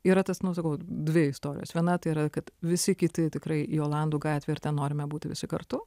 yra tas nu sakau dvi istorijos viena tai yra kad visi kiti tikrai į olandų gatvę ir ten norime būti visi kartu